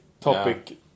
topic